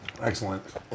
Excellent